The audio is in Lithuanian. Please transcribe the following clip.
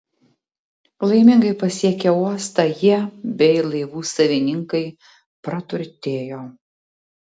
laimingai pasiekę uostą jie bei laivų savininkai praturtėjo